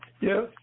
Yes